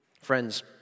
Friends